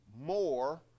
more